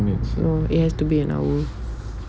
it has to be an hour